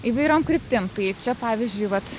įvairiom kryptim tai čia pavyzdžiui vat